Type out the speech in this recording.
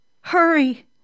Hurry